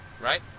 right